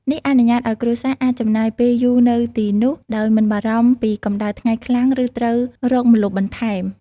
នេះអនុញ្ញាតឲ្យគ្រួសារអាចចំណាយពេលយូរនៅទីនោះដោយមិនបារម្ភពីកំដៅថ្ងៃខ្លាំងឬត្រូវរកម្លប់បន្ថែម។